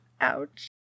Ouch